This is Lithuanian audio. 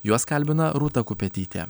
juos kalbina rūta kupetytė